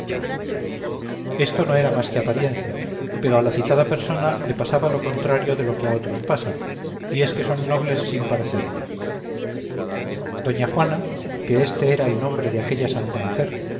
esto no era más que apariencia pero a la citada persona le pasaba lo contrario de lo que a otros pasa y es que son nobles sin parecerlo doña juana que éste era el nombre de aquella santa mujer